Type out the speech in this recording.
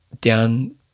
down